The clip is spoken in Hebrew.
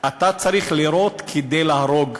אתה צריך לירות כדי להרוג.